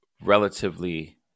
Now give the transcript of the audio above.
relatively